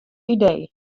idee